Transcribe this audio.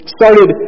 started